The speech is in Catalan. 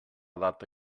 data